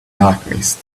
alchemist